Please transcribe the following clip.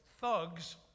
thugs